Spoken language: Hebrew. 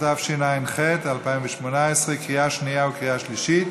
התשע"ח 2018, קריאה שנייה וקריאה שלישית.